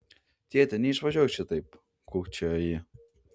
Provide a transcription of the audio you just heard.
tėti neišvažiuok šitaip kūkčiojo ji